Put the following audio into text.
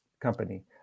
company